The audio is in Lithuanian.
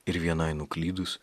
ir vienai nuklydus